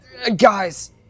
Guys